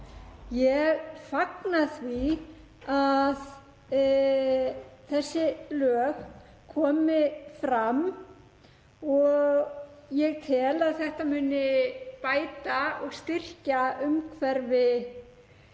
Ég fagna því að þessi lög komi fram og ég tel að þetta muni bæta og styrkja umhverfi